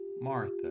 Martha